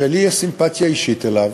שלי יש סימפתיה אישית אליו,